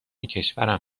کشورم